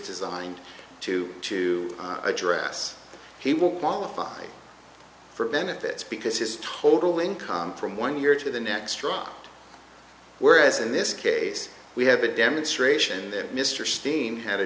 designed to to address he will qualify for benefits because his total income from one year to the next truck whereas in this case we have a demonstration that mr steen had a